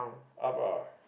up ah